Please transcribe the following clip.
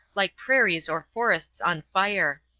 like prairies or forests on fire.